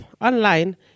online